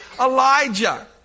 Elijah